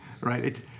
Right